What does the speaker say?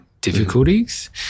difficulties